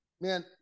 man